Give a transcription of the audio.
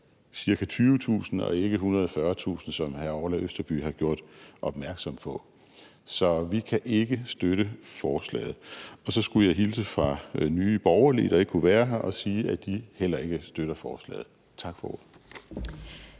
kr. – og ikke 140.000 kr., som hr. Orla Østerby har gjort opmærksom på. Så vi kan ikke støtte forslaget. Og så skulle jeg hilse fra Nye Borgerlige, der ikke kunne være her, og sige, at de heller ikke støtter forslaget. Tak for ordet.